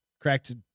cracked